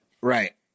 Right